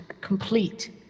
complete